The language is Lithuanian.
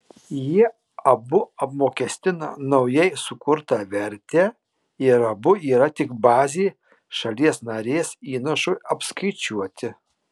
jie abu apmokestina naujai sukurtą vertę ir abu yra tik bazė šalies narės įnašui apskaičiuoti